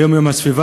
היום יום הסביבה,